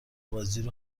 بازیرو